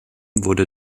wurde